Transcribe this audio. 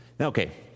Okay